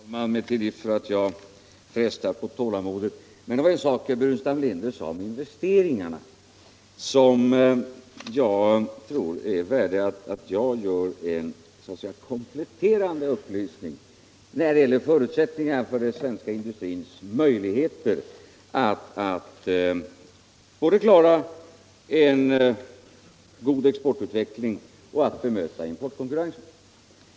Herr talman! Jag ber om tillgift för att jag frestar kammarens tålamod, men det var en sak som herr Burenstam Linder sade om investeringarna, som jag tror att det är av värde att jag lämnar en kompletterande upplysning om. Jag avser förutsättningarna för den svenska industrins möjligheter att både klara en exportutveckling och att möta importkonkurrensen.